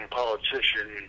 politician